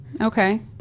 Okay